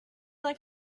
like